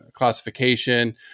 classification